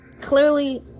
Clearly